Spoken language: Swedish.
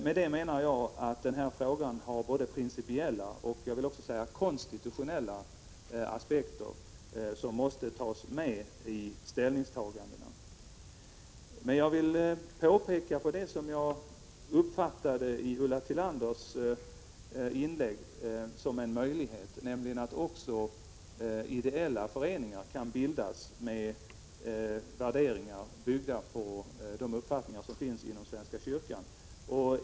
Med det menar jag att frågan har både principiella och konstitutionella aspekter, som måste tas med i ställningstagandena. Jag vill peka på det som jag uppfattade som en möjlighet i Ulla Tillanders inlägg, nämligen att också ideella föreningar kan bildas med värderingar byggda på de uppfattningar som finns inom den svenska kyrkan.